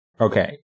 Okay